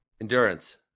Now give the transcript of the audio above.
Endurance